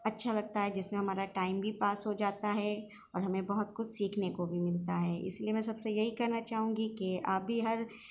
اچھا لگتا ہے جس میں ہمارا ٹائم بھی پاس ہو جاتا ہے اور ہمیں بہت کچھ سیکھنے کو بھی ملتا ہے اس لیے میں سب سے یہی کہنا چاہوں گی کہ آپ بھی ہر